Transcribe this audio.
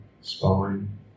spine